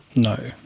no,